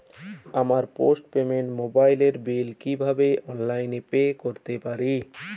আমার postpaid মোবাইলের bill কীভাবে অনলাইনে পে করতে পারি?